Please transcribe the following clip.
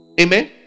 Amen